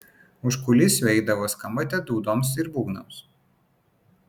už kulisių eidavo skambate dūdoms ir būgnams